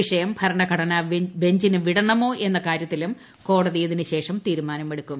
വിഷയം ഭരണ ഘടന് ബ്ഞ്ചിന് വിടണമോ കാര്യത്തിലും കോടതി ഇതിനുശേഷം തീരുമാനമെടുക്കും